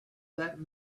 that